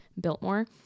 Biltmore